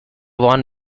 worn